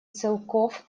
целков